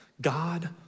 God